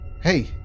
Hey